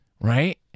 right